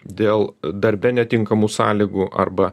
dėl darbe netinkamų sąlygų arba